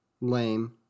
Lame